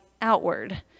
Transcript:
outward